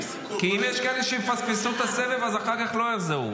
אם יש כאלה שיפספסו את הסבב, אז אחר כך לא יחזרו.